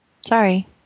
sorry